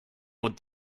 with